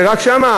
זה רק שם?